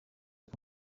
uko